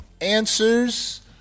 answers